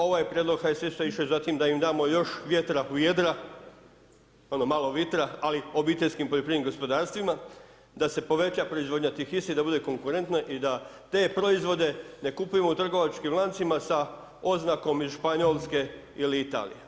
Ovaj prijedlog HSS-a je išao za tim da im damo još vjetra u jedra, ono malo vitra, ali obiteljskim poljoprivrednim gospodarstvima, da se poveća proizvodnja tih istih, da bude konkurentna, i da te proizvode ne kupujemo u trgovačkim lancima sa oznakom iz Španjolske ili Italije.